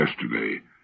yesterday